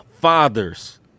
Fathers